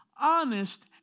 honest